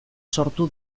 sortu